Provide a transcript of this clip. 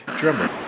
drummer